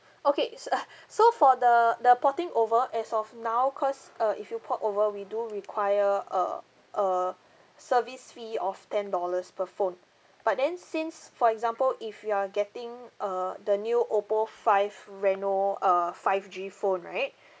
okay s~ so for the the porting over as of now cause uh if you port over we do require a a service fee of ten dollars per phone but then since for example if you are getting err the new oppo five reno err five G phone right